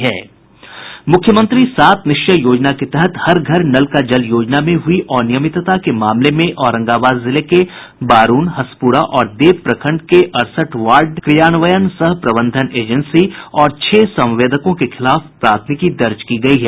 मुख्यमंत्री सात निश्चय योजना के तहत हर घर नल का जल योजना में हुई अनियमितता के मामले में औरंगाबाद जिले के बारूण हसपुरा और देव प्रखंड के अड़सठ वार्ड क्रियान्वयन सह प्रबंधन एजेंसी और छह संवेदकों के खिलाफ प्राथमिकी दर्ज की गयी है